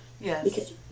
yes